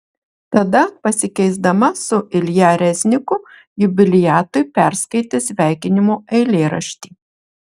tada pasikeisdama su ilja rezniku jubiliatui perskaitė sveikinimo eilėraštį